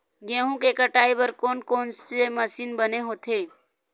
गेहूं के कटाई बर कोन कोन से मशीन बने होथे?